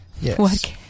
Yes